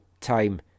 time